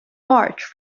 large